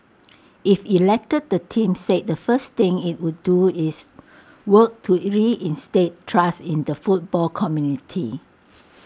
if elected the team said the first thing IT would do is work to reinstate trust in the football community